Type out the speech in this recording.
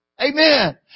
Amen